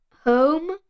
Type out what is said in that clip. home